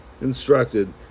instructed